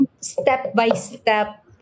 step-by-step